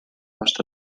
hasta